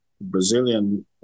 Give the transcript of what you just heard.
Brazilian